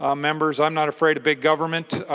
ah members i'm not afraid of big government.